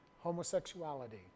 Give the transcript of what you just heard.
Homosexuality